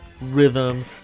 rhythm